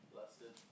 Blessed